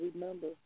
remember